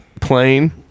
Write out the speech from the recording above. plane